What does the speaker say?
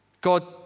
God